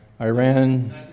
Iran